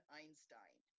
Einstein